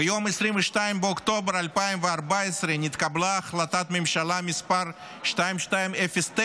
ביום 22 באוקטובר 2014 נתקבלה החלטת ממשלה מס' 2209,